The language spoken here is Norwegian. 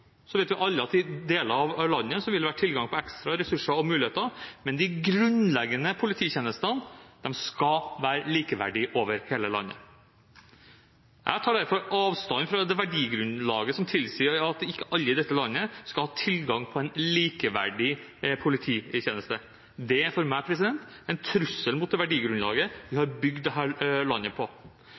Så vet jo alle at i deler av landet vil det være tilgang på ekstra ressurser og muligheter, men de grunnleggende polititjenestene skal være likeverdige over hele landet. Jeg tar derfor avstand fra det verdigrunnlaget som tilsier at ikke alle i dette landet skal ha tilgang på en likeverdig polititjeneste. Det er for meg en trussel mot det verdigrunnlaget vi har bygd dette landet på.